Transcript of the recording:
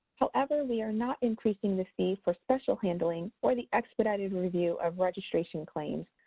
however, we are not increasing the fee for special handling or the expedited review of registration claims,